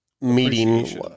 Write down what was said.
meeting